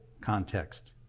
context